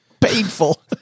Painful